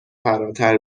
فراتر